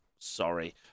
sorry